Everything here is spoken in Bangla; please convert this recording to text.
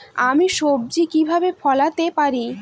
আমি সবজি কিভাবে ফলাতে পারি?